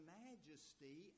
majesty